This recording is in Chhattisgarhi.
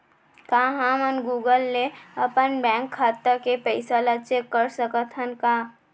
का हमन गूगल ले अपन बैंक खाता के पइसा ला चेक कर सकथन का?